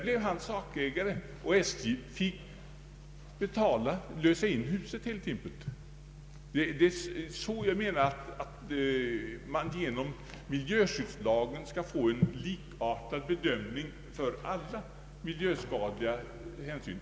Där Genom miljöskyddslagen skulle man kunna få en likartad bedömning av alla miljöskadehänsyn.